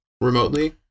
remotely